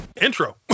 Intro